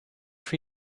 for